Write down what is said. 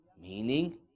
meaning